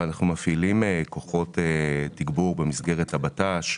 אבל אנחנו מפעילים כוחות תגבור במסגרת הבט"ש.